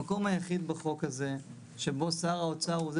המקום היחיד בחוק הזה שבו שר האוצר הוא זה